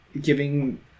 giving